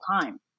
time